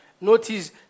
notice